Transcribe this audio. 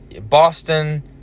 Boston